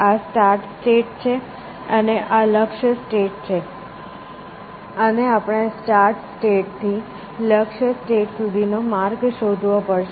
આ start state છે અને આ લક્ષ્ય સ્ટેટ છે અને આપણે સ્ટાર્ટ સ્ટેટ થી લક્ષ્ય સ્ટેટ સુધીનો માર્ગ શોધવો પડશે